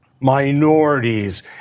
minorities